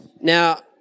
Now